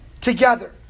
together